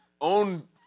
own